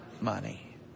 Money